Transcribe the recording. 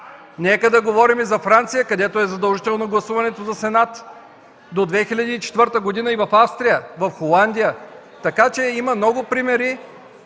Нека да говорим за Франция, където е задължително гласуването за Сенат. До 2004 г. и в Австрия, в Холандия. Има много примери